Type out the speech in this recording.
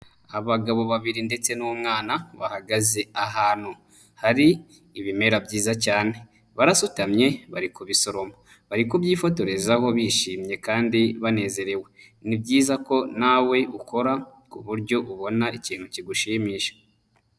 Abagabo babiri ndetse n'umwana bahagaze ahantu hari ibimera byiza cyane. Barasutamye bari kubisoroma. Bari kubyifotorezaho bishimye kandi banezerewe. Ni byiza ko nawe ukora ku buryo ubona ikintu kigushimisha.